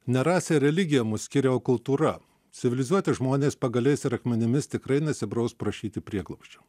ne rasė ar religija mus skiria o kultūra civilizuoti žmonės pagaliais ir akmenimis tikrai nesibraus prašyti prieglobsčio